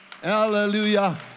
Hallelujah